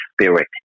spirit